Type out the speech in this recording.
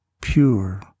pure